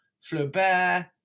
Flaubert